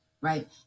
right